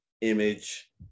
image